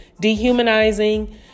dehumanizing